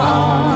on